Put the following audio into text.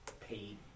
paid